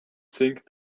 think